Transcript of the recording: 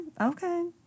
Okay